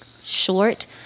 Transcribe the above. short